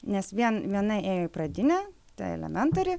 nes vien viena ėjo į pradinę tą elementari